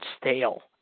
stale